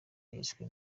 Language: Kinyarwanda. yishwe